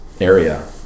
area